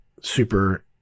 super